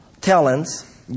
talents